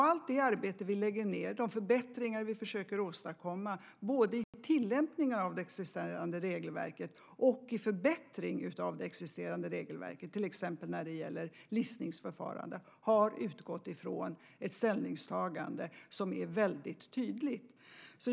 Allt det arbete vi lägger ned, de förbättringar vi försöker åstadkomma, både i tillämpningen av det existerande regelverket och i förbättring av det existerande regelverket, till exempel när det gäller listningsförfarandet, har utgått från ett ställningstagande som är väldigt tydligt.